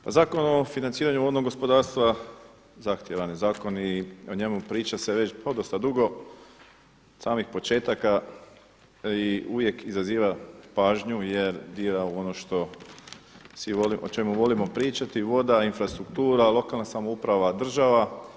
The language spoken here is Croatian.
Pa Zakon o financiranju vodnog gospodarstva zahtijevan je zakon i o njemu priča se već podosta dugo od samih početaka i uvijek izaziva pažnju jer dira u ono što, o čemu volimo pričati voda, infrastruktura, lokalna samouprava, država.